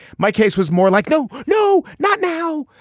my case was more like no no not now.